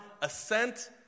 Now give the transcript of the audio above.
assent